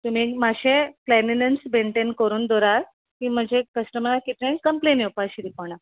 तुमी मातशें cleanliness maintain करून दवरा की म्हजे कस्टमराक कितेंय कंप्लेन येवपा शिरी पोडना